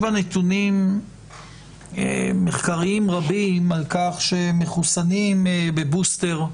נתונים מחקריים רבים על כך שמחוסנים בבוסטר,